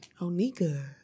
Onika